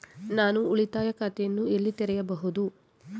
ನಾನು ಉಳಿತಾಯ ಖಾತೆಯನ್ನು ಎಲ್ಲಿ ತೆರೆಯಬಹುದು?